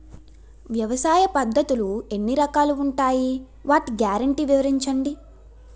వ్యవసాయ పద్ధతులు ఎన్ని రకాలు ఉంటాయి? వాటి గ్యారంటీ వివరించండి?